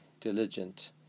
diligent